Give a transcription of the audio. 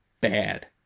bad